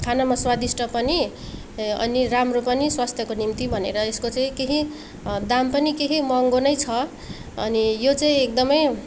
खानमा स्वादिष्ट पनि अनि राम्रो पनि स्वास्थको निम्ति भनेर यसको चाहिँ केही दाम पनि केही महँगो नै छ अनि यो चाहिँ एकदमै